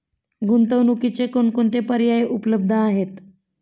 गुंतवणुकीचे कोणकोणते पर्याय उपलब्ध आहेत?